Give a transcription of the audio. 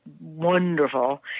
wonderful